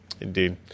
indeed